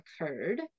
occurred